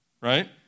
right